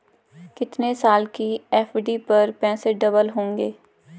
कितने साल की एफ.डी पर पैसे डबल होंगे?